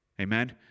Amen